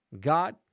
God